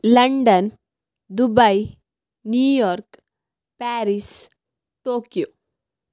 London Dubai New York Paris Tokyo